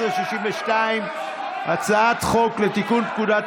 פ/6238/24, הצעת חוק לתיקון פקודת